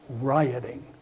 rioting